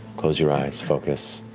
close your eyes, focus,